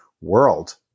world